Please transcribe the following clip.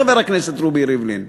חבר הכנסת רובי ריבלין,